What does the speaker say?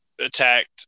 attacked